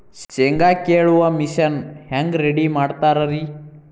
ಶೇಂಗಾ ಕೇಳುವ ಮಿಷನ್ ಹೆಂಗ್ ರೆಡಿ ಮಾಡತಾರ ರಿ?